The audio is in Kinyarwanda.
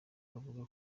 bavuga